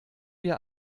wir